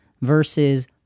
versus